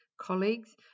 colleagues